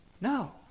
No